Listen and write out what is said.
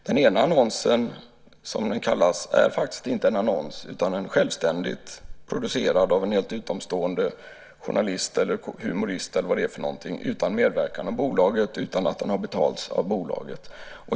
Det ena fallet är faktiskt inte en annons, utan det är något som är självständigt producerat av en helt utomstående journalist, humorist eller vad det är för någonting, utan medverkan av bolaget och utan att bolaget har betalat för det.